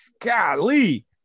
Golly